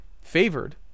favored